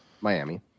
Miami